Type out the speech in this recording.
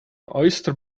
oyster